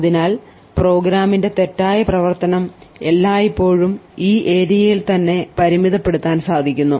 അതിനാൽ പ്രോഗ്രാമിൻറെ തെറ്റായ പ്രവർത്തനം എല്ലായ്പ്പോഴും ഈ ഏരിയയിൽ തന്നെ പരിമിതപെടുത്താൻ സാധിക്കുന്നു